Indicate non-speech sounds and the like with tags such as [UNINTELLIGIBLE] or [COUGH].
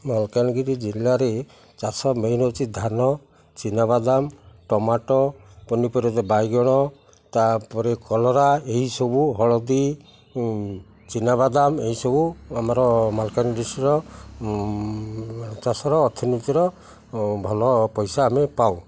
ମାଲକାନଗିରି ଜିଲ୍ଲାରେ ଚାଷ ମେନ୍ ହେଉଛି ଧାନ ଚିନାବାଦାମ ଟମାଟୋ ପନିପରିବା ବାଇଗଣ ତାପରେ କଲରା ଏହିସବୁ ହଳଦୀ ଚିନାବାଦାମ ଏହିସବୁ ଆମର [UNINTELLIGIBLE] ଚାଷର ଅର୍ଥନୀତିର ଭଲ ପଇସା ଆମେ ପାଉ